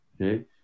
okay